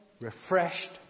refreshed